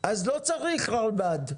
אז לא צריך רלב"ד,